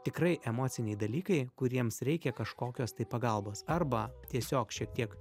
tikrai emociniai dalykai kuriems reikia kažkokios tai pagalbos arba tiesiog šiek tiek